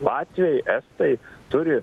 latviai estai turi